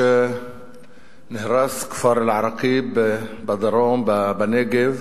נהרס כפר אל-עראקיב בדרום בנגב,